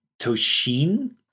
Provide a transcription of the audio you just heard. Toshin